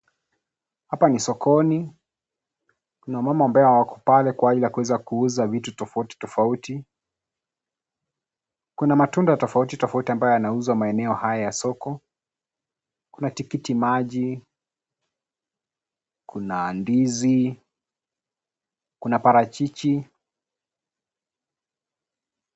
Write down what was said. Hapa ni sokoni kuna mama ambaye wako pale kwa hali ya kuuza bidhaa tofauti tofauti, kuna matunda tofauti tofauti ambayo yanayouzwa maeneo haya ya soko kuna tikiti maji, kuna ndizi, kuna parachichi.